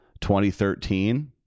2013